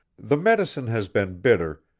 the medicine has been bitter,